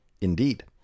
Indeed